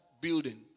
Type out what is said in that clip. building